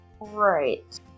Right